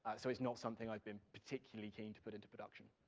so it's not something i've been particularly keen to put into production.